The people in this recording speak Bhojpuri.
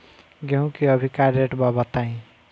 गेहूं के अभी का रेट बा बताई?